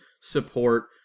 support